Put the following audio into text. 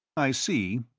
i see.